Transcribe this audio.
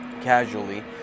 Casually